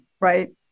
right